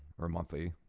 or monthly,